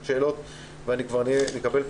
ואני מקבל כל